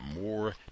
more